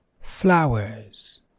flowers